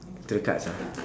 the cards ah